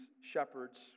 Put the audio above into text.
shepherds